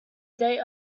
date